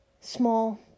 small